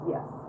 Yes